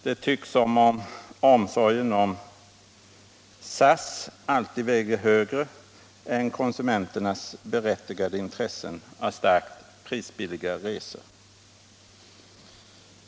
Det tycks som om omsorgen om SAS alltid väger tyngre än konsumenternas berättigade intresse för mycket billiga resor.